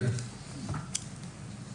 בבקשה.